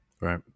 right